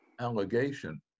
allegation